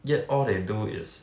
yet all they do is